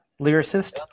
lyricist